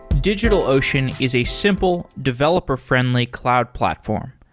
digitalocean is a simple, developer friendly cloud platform.